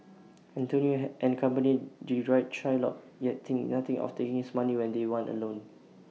Antonio and company deride Shylock yet think nothing of taking his money when they want A loan